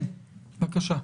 בבקשה.